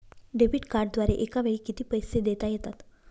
Debit कार्डद्वारे एकावेळी किती पैसे देता येतात?